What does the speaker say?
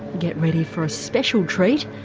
get ready for a special treat,